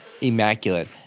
immaculate